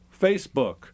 Facebook